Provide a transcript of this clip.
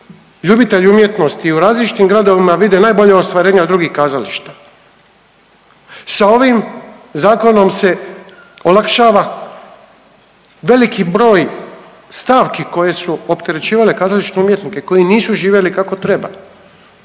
ljubitelji umjetnosti u različitim gradovima vide najbolja ostvarenja od drugih kazališta. Sa ovim zakonom se olakšava veliki broj stavki koje su opterećivale kazališne umjetnike koji nisu živjeli kako treba.